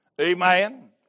Amen